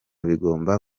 bigomba